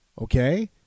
okay